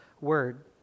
word